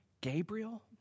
Gabriel